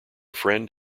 friend